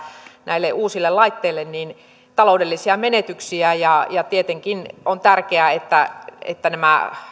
näille uusille laitteille taloudellisia menetyksiä ja ja tietenkin on tärkeää että että nämä